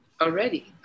already